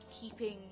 keeping